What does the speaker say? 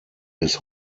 bis